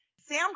Sam